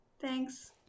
Thanks